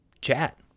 chat